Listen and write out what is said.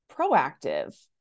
proactive